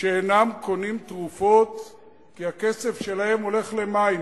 שאינם קונים תרופות כי הכסף שלהם הולך למים.